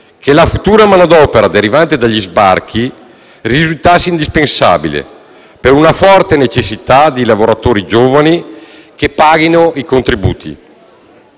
che la futura manodopera derivante dagli sbarchi risultasse indispensabile, per una forte necessità di lavoratori giovani che paghino i contributi.